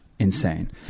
Insane